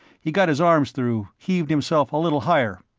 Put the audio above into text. he got his arms through, heaved himself a little higher.